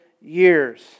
years